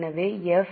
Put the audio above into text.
எனவே இது எஃப்